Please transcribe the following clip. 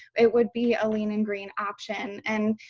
it would be a lean and green option. and,